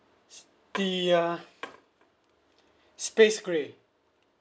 the uh space grey